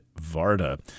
Varda